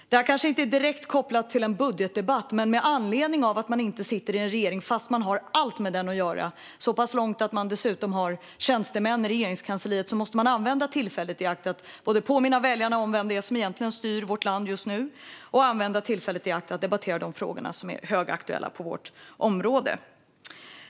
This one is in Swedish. Detta är kanske inte direkt kopplat till en budgetdebatt, men med anledning av att SD har allt med regeringsmakten att göra även om man inte sitter i regeringen - SD har till och med tjänstemän i Regeringskansliet - måste vi utnyttja tillfället att påminna väljarna om vem det egentligen är som styr vårt land och debattera de frågor som är högaktuella på vårt område.